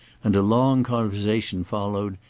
and a long conversation followed,